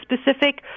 specific